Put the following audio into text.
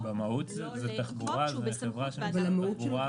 ולא בחוק שהוא בסמכות ועדת הכלכלה.